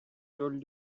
told